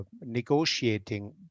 negotiating